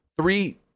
three